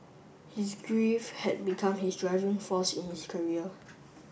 his grief had become his driving force in his career